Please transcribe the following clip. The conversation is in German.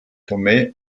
tomé